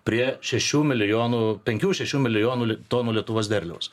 prie šešių milijonų penkių šešių milijonų tonų lietuvos derliaus